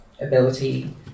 ability